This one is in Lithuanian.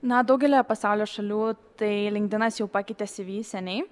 na daugelyje pasaulio šalių tai linkdinas jau pakeitė syvyseniai